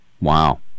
Wow